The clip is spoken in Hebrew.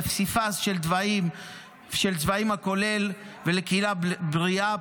בפסיפס של צבעים כולל ולקהילה בריאה,